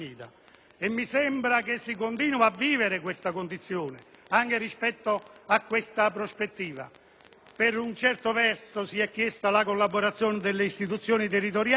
a mio parere si continua a vivere nella medesima condizione. Anche rispetto a questa prospettiva, per un certo verso si è chiesta la collaborazione delle istituzioni territoriali.